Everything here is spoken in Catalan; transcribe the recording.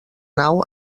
nau